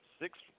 six